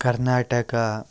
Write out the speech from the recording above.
Karnataka